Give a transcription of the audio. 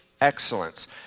excellence